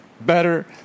better